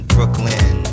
Brooklyn